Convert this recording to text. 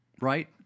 Right